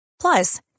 Plus